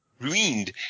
Ruined